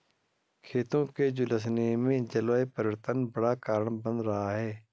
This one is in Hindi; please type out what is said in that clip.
खेतों के झुलसने में जलवायु परिवर्तन बड़ा कारण बन रहा है